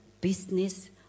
business